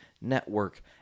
Network